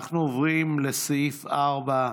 אנחנו עוברים לסעיף 4,